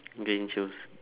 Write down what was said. being choose